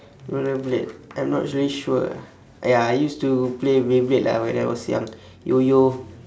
roller blade I'm not really sure ah ya I used to play beyblades ah when I was young yo-yo